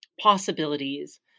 possibilities